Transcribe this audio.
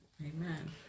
Amen